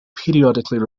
periodically